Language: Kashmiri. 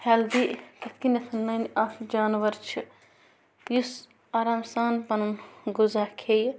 ہٮ۪لدی کِتھ کَنٮ۪تھ نَنہِ اَکھ جانوَر چھِ یُس آرام سان پَنُن غُذا کھیٚیہِ